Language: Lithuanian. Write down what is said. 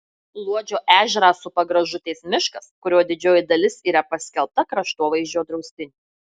luodžio ežerą supa gražutės miškas kurio didžioji dalis yra paskelbta kraštovaizdžio draustiniu